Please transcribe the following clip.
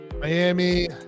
Miami